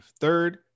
third